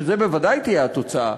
שזו בוודאי תהיה התוצאה,